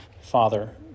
Father